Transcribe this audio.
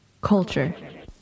Culture